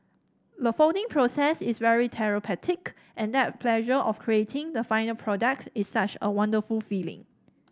the folding process is very therapeutic and that pleasure of creating the final product is such a wonderful feeling